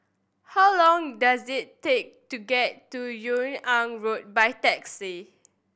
how long does it take to get to Yung An Road by taxi